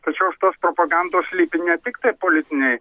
tačiau už tos propagandos slypi ne tiktai politiniai